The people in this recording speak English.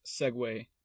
segue